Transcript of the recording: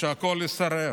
שהכול יישרף.